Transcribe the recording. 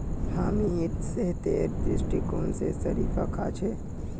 हामी त सेहतेर दृष्टिकोण स शरीफा खा छि